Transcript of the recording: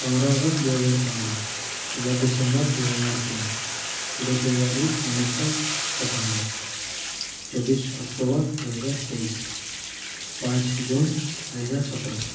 ପନ୍ଦର ଅଗଷ୍ଟ ଦୁଇ ହଜାର ପନ୍ଦର ଷୋହଳ ଡିସେମ୍ବର ଦୁଇ ହଜାର ତିନି କୋଡ଼ିଏ ଫେବୃୟାରୀ ଉଣେଇଶି ଶହ ସତାନବେ ଚବିଶ ଅକ୍ଟୋବର ଦୁଇ ହଜାର ତେଇଶି ପାଞ୍ଚ ଜୁନ୍ ଦୁଇ ହଜାର ସତର